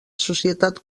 societat